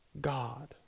God